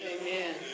Amen